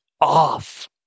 off